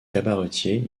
cabaretier